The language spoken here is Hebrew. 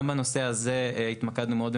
גם בנושא הזה התמקדנו מאוד,